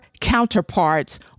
counterparts